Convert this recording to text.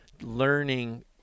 learning